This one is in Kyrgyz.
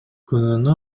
күнүнө